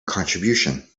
contribution